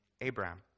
Abraham